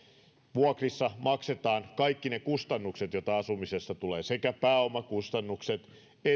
vuokrissa maksetaan kaikki ne kustannukset joita asumisessa tulee sekä pääomakustannukset että